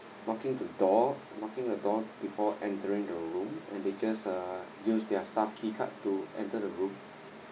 knocking the door knocking the door before entering the room and they just uh use their staff key card to enter the room